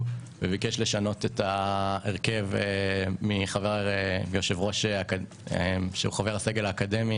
וביקש לשנות את ההרכב מחברי סגל אקדמי